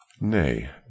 nay